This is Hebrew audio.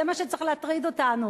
זה מה שצריך להטריד אותנו.